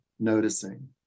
noticing